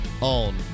on